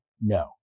no